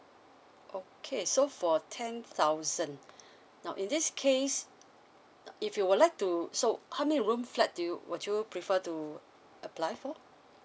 okay so for ten thousand now in this case if you would like to so how many room flat you would you prefer to apply for